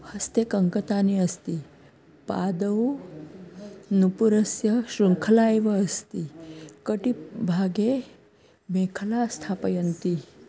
हस्ते कङ्कतानि अस्ति पादौ नूपुरस्य शृङ्खला एव अस्ति कटिभागे मेखलां स्थापयन्ति